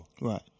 Right